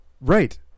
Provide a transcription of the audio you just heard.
right